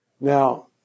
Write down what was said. Now